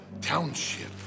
Township